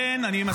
תודה רבה.